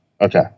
Okay